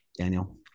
Daniel